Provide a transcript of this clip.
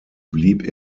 blieb